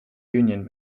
union